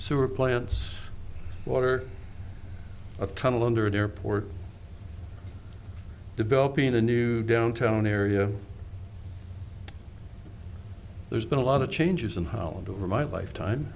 sewer plants water a tunnel under the airport developing a new downtown area there's been a lot of changes in holland over my lifetime